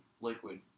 liquid